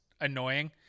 annoying